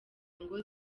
ngo